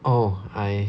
oh I